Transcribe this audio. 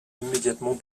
immédiatement